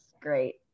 great